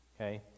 Okay